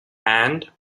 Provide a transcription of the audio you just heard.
and